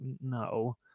no